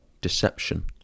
deception